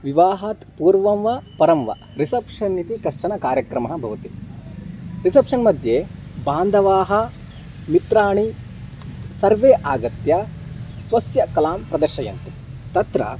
विवाहात् पूर्वं वा परं वा रिसप्षन् इति कश्चन कार्यक्रमः भवति रिसप्षन् मध्ये बान्धवाः मित्राणि सर्वे आगत्य स्वस्य कलां प्रदर्शयन्ति तत्र